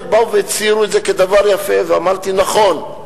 באו והציעו את זה כדבר יפה, ואמרתי: נכון,